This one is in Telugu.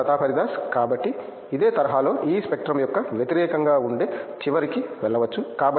ప్రొఫెసర్ ప్రతాప్ హరిదాస్ కాబట్టి ఇదే తరహాలో ఈ స్పెక్ట్రం యొక్క వ్యతిరేకంగా ఉండే చివరికి వెళ్ళవచ్చు